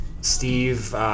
Steve